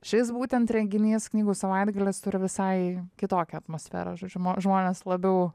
šis būtent renginys knygų savaitgalis turi visai kitokią atmosferą žodžiu žmonės labiau